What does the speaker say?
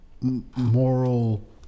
moral